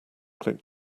click